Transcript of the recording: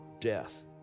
death